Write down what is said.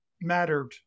mattered